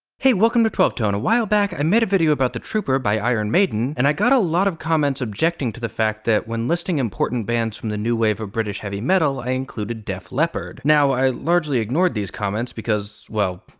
hey, welcome to twelve tone! a while back, i made a video about the trooper, by iron maiden, and i got a lot of comments objecting to the fact that, when listing important bands from the new wave of british heavy metal, i included def leppard. now, i largely ignored these complaints because, well,